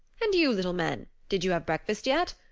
and you, little men, did you have breakfast yet?